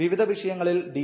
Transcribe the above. വിവിധ വിഷ്യങ്ങളിൽ ഡി